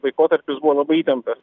laikotarpis buvo labai įtemptas